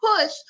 push